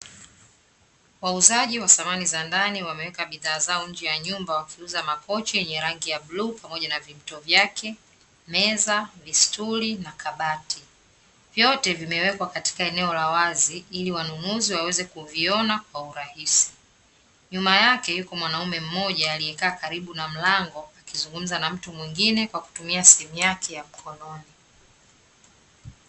Wauzaji wa samani za ndani wameweka bidhaa zao nje ya nyumba, wakiuza makochi yenye rangi ya bluu pamoja na vimto vyake, meza, vistuli pamoja na kabati. Vyote vimewekwa katika eneo la wazi ili wanunuzi waweze kuviona kwa urahisi. Nyuma yake yuko mwanaume mmoja aliyekaa karibu na mlango, akizungumza na mtu mwingine kwa kutumia simu yake ya mkononi.